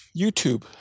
YouTube